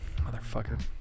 Motherfucker